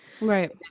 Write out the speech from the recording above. right